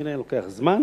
הנה, אני לוקח זמן